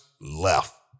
left